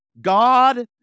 God